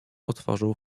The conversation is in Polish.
otworzył